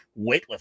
weightlifting